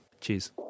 Cheers